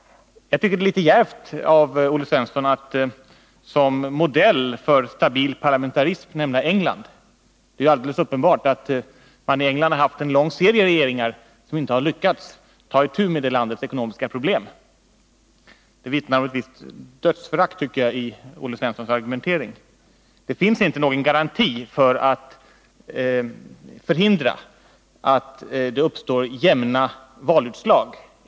Jag tycker det är litet djärvt av Olle Svensson att som modell för stabil parlamentarism nämna England. Det är ju alldeles uppenbart att man i England har haft en lång serie av regeringar som inte har lyckats ta itu med det landets ekonomiska problem. Det vittnar om ett visst dödsförakt i Olle Svenssons argumentering. Det finns ingen garanti som förhindrar att det uppstår jämna valutslag.